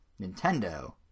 Nintendo